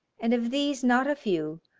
and of these not a few,